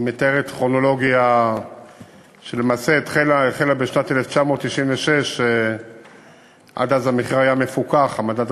היא מתארת כרונולוגיה שלמעשה התחילה בשנת 1996. עד אז המחיר של העמדת